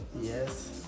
Yes